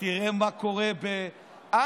תראה מה קורה באנגליה,